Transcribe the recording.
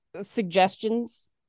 suggestions